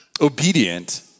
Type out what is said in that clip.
obedient